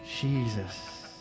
Jesus